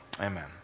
Amen